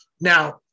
Now